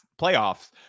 playoffs